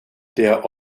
der